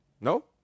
No